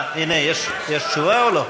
הנה, יש תשובה, או לא?